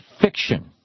fiction